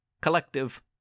collective